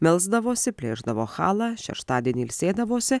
melsdavosi plėšdavo halą šeštadienį ilsėdavosi